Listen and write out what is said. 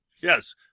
yes